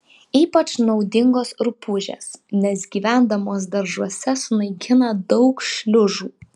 ypač naudingos rupūžės nes gyvendamos daržuose sunaikina daug šliužų